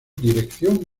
dirección